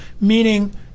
Meaning